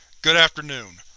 good afternoon.